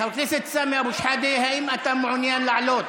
חבר הכנסת סמי אבו שחאדה, האם אתה מעוניין לעלות?